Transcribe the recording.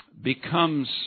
becomes